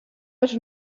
els